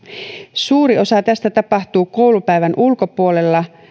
suuri osa tästä tapahtuu koulupäivän ulkopuolella